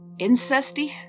Incesty